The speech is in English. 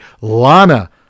lana